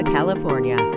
California